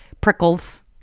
prickles